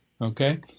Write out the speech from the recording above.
Okay